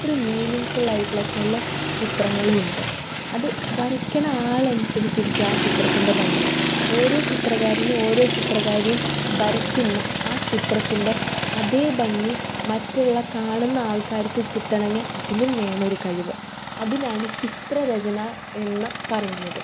അത്ര മീനിങ്ങ് ഫുള്ളായിട്ടുള്ള ചില ചിത്രങ്ങളുണ്ട് അത് വരയ്ക്കുന്ന ആളനുസരിച്ചിരിക്കും ആ ചിത്രത്തിൻ്റെ ഭംഗി ഓരോ ചിത്രകാരനും ഓരോ ചിത്രകാരിയും വരയ്ക്കുന്ന ആ ചിത്രത്തിൻ്റെ അതേ ഭംഗി മറ്റുള്ള കാണുന്ന ആൾക്കാർക്ക് കിട്ടണമെങ്കിൽ അതിനും വേണമൊരു കഴിവ് അതിനാണ് ചിത്രരചന എന്ന് പറയുന്നത്